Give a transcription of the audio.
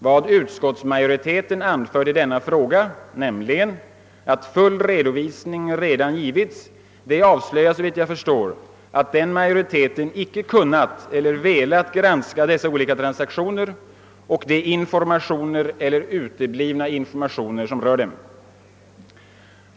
Vad utskottsmajoriteten anfört i denna fråga, nämligen att full redovisning redan givits, avslöjar såvitt jag förstår att utskottsmajoriteten inte kunnat eller inte velat granska de olika transaktionerna och de informationer eller uteblivna informationer som rör dem.